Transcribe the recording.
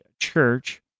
church